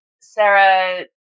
Sarah